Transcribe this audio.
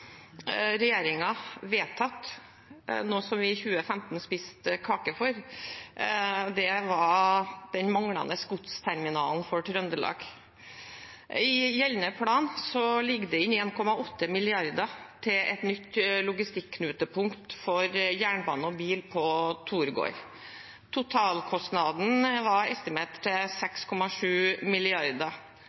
vedtatt noe som vi i 2015 spiste kake for, og det var den manglende godsterminalen for Trøndelag. I gjeldende plan ligger det inne 1,8 mrd. kr til et nytt logistikknutepunkt for jernbane og bil på Torgård. Totalkostnaden var estimert til 6,7